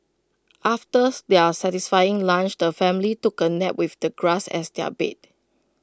after their satisfying lunch the family took A nap with the grass as their bed